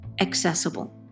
accessible